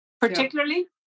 particularly